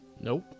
Nope